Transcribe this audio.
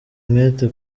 umwete